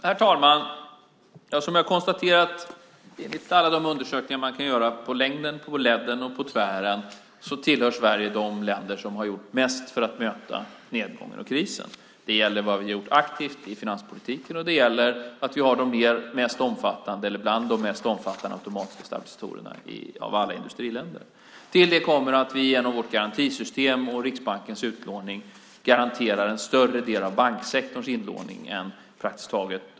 Herr talman! Som jag har konstaterat, enligt alla undersökningar som kan göras på längden och tvären, tillhör Sverige de länder som har gjort mest för att möta nedgången och krisen. Det gäller vad vi har gjort aktivt i finanspolitiken, och det gäller att vi har bland de mest omfattande automatiska stabilisatorerna av alla industriländerna. Till det kommer att vi genom vårt garantisystem och Riksbankens utlåning garanterar en större del av banksektorns inlåning.